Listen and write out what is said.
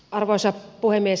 arvoisa puhemies